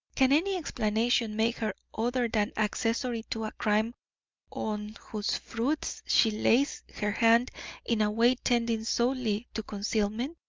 can any explanation make her other than accessory to a crime on whose fruits she lays her hand in a way tending solely to concealment?